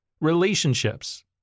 relationships